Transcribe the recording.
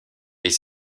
est